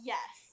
Yes